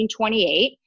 1928